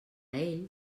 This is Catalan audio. ell